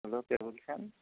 hello কে বলছেন